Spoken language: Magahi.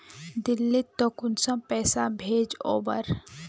दिल्ली त कुंसम पैसा भेज ओवर?